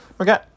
Okay